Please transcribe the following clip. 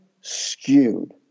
skewed